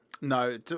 No